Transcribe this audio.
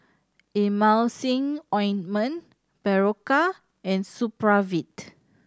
Emulsying Ointment Berocca and Supravit